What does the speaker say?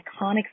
iconic